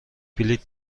بلیط